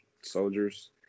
soldiers